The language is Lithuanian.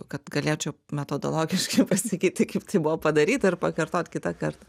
kad galėčiau metodologiškai pasakyti kaip tai buvo padaryta ir pakartot kitą kartą